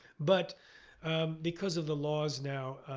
but because of the laws now,